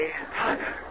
Father